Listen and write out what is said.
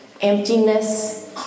emptiness